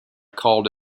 called